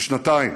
בשנתיים.